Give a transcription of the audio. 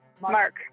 Mark